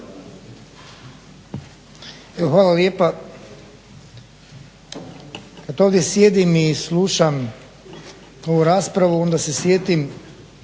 Hvala lijepa. Dok ovdje sjedim i slušam ovu raspravu onda se sjetim